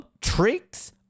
tricks